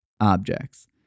objects